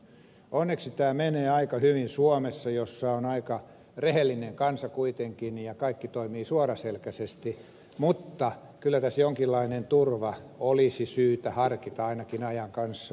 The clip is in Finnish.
onneksi tämä menee aika hyvin suomessa jossa on aika rehellinen kansa kuitenkin ja kaikki toimivat suoraselkäisesti mutta kyllä tässä jonkinlainen turva olisi syytä harkita ainakin ajan kanssa